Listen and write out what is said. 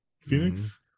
Phoenix